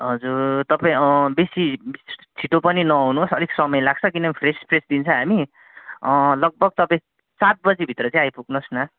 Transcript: हजुर तपै बेसी छिटो पनि नऔनोस अलिक समय लाग्छ किनभने फ्रेस फ्रेस दिन्छ हामी लगभग तपै सातबजी भित्र चाहिँ आइपुग्नोस् न